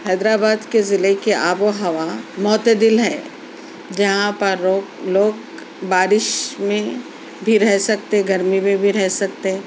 حیدر آباد کے ضلع کی آب و ہوا معتدل ہے جہاں پر روک لوگ بارش میں بھی رہ سکتے گرمی میں بھی رہ سکتے